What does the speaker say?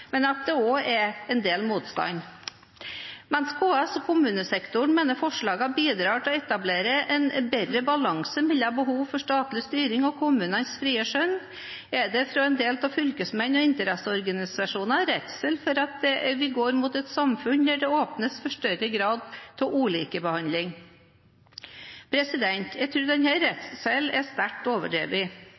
men at det også er en del motstand. Mens KS og kommunesektoren mener forslagene bidrar til å etablere en bedre balanse mellom behovet for statlig styring og kommunenes frie skjønn, er det fra en del fylkesmenn og interesseorganisasjoner redsel for at vi går mot et samfunn hvor det åpnes for større grad av ulikebehandling. Jeg tror denne redselen er sterkt overdrevet,